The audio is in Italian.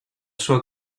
sua